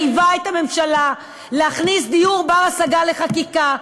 פעם ראשונה הכנסת חייבה את הממשלה להכניס דיור בר-השגה לחקיקה.